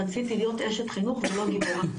רציתי להיות אשת חינוך ולא גיבורה.